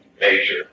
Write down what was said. major